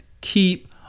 keep